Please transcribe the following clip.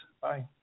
Bye